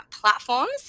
platforms